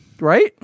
Right